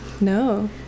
No